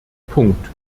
punkt